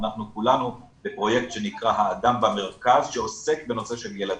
אנחנו כולנו בפרויקט שנקרא "האדם במרכז" שעוסק בנושא של ילדים,